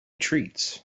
treats